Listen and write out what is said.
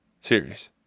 series